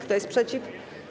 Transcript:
Kto jest przeciw?